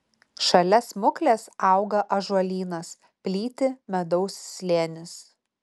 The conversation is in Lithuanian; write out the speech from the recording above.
šalia smuklės auga ąžuolynas plyti medaus slėnis